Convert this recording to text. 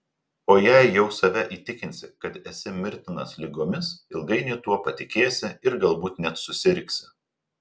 o jei jau save įtikinsi kad esi mirtinas ligomis ilgainiui tuo patikėsi ir galbūt net susirgsi